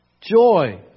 Joy